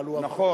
אבל הוא עבריין.